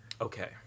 Okay